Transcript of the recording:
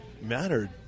mattered